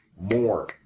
more